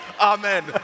Amen